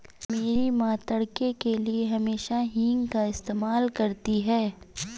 मेरी मां तड़के के लिए हमेशा हींग का इस्तेमाल करती हैं